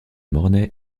mornay